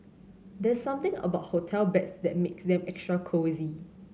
there's something about hotel beds that makes them extra cosy